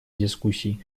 дискуссий